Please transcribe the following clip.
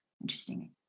Interesting